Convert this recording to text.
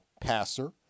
passer